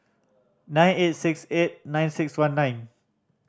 nine eight six eight nine six one nine